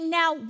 now